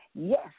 Yes